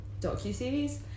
docuseries